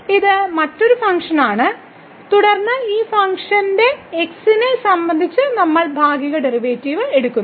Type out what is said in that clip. ഇത് മറ്റൊരു ഫംഗ്ഷനാണ് തുടർന്ന് ഈ ഫംഗ്ഷന്റെ x നെ സംബന്ധിച്ച് നമ്മൾ ഭാഗിക ഡെറിവേറ്റീവ് എടുക്കുന്നു